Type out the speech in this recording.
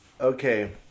Okay